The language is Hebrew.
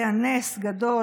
היה נס גדול,